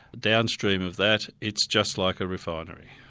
downstream of that it's just like a refinery.